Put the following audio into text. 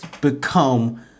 become